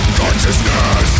consciousness